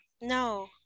No